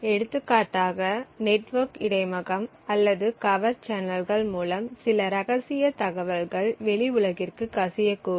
எடுத்துக்காட்டாக நெட்வொர்க் இடைமுகம் அல்லது கவர் சேனல்கள் மூலம் சில ரகசிய தகவல்கள் வெளி உலகிற்கு கசியக்கூடும்